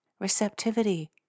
receptivity